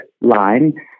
line